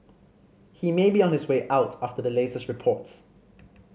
he may be on his way out after the latest reports